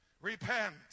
repent